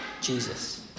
Jesus